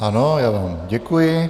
Ano, já vám děkuji.